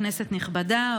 כנסת נכבדה,